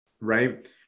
right